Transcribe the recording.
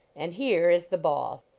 and here is the ball.